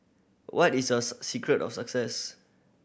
what is your secret of success